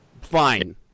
Fine